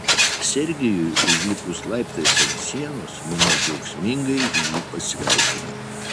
sergijui užlipus laiptais ant sienos minia džiaugsmingai jį pasveikino